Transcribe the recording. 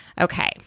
Okay